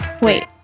Wait